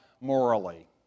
morally